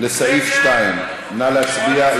לסעיף 2. נא להצביע,